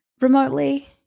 remotely